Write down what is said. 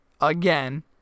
again